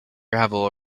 gravel